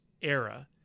era